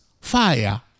fire